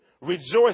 Rejoice